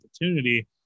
opportunity